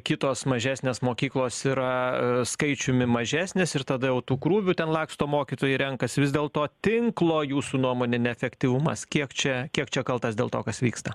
kitos mažesnės mokyklos yra skaičiumi mažesnės ir tada jau tų krūvių ten laksto mokytojai renkasi vis dėl to tinklo jūsų nuomone neefektyvumas kiek čia kiek čia kaltas dėl to kas vyksta